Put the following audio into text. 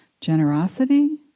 generosity